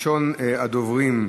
ראשונת הדוברים,